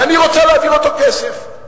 ואני רוצה להעביר לו את הכסף.